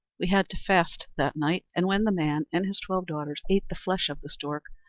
we had to fast that night and when the man and his twelve daughters ate the flesh of the stork,